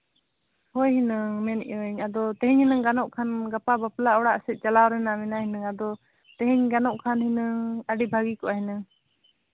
ᱦᱳᱭ ᱦᱩᱱᱟᱹᱝ ᱢᱮᱱᱮᱫ ᱟᱹᱧ ᱟᱫᱚ ᱛᱮᱦᱤᱧ ᱦᱩᱱᱟᱹᱝ ᱜᱟᱱᱚᱜ ᱠᱷᱟᱱ ᱜᱟᱯᱟ ᱵᱟᱯᱞᱟ ᱚᱲᱟᱜ ᱥᱮᱫ ᱪᱟᱞᱟᱣ ᱨᱮᱱᱟᱜ ᱢᱮᱱᱟᱜᱼᱟ ᱦᱩᱱᱟᱹᱝ ᱟᱫᱚ ᱛᱮᱦᱤᱧ ᱜᱟᱱᱚᱜ ᱠᱷᱟᱱ ᱦᱩᱱᱟᱹᱝ ᱟᱹᱰᱤ ᱵᱷᱟᱹᱜᱤ ᱠᱚᱜᱼᱟ ᱦᱩᱱᱟᱹᱝ